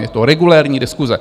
Je to regulérní diskuze.